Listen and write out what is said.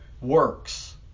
works